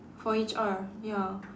for H_R ya